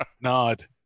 Nod